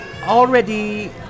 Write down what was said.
already